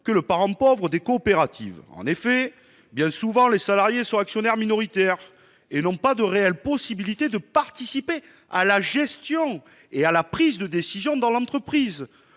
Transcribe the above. que le parent pauvre des coopératives. En effet, bien souvent, les salariés sont actionnaires minoritaires, et n'ont pas de réelle possibilité de participer à la gestion et à la prise de décision dans l'entreprise.